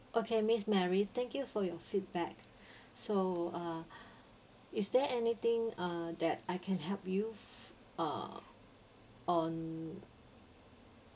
okay miss mary thank you for your feedback so uh is there anything uh that I can help you uh on(uh) on